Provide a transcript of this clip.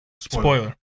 Spoiler